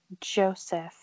Joseph